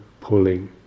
pulling